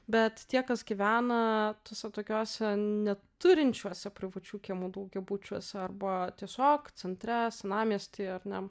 bet tie kas gyvena tuose tokiuose neturinčiuose privačių kiemų daugiabučiuose arba tiesiog centre senamiesty ar ne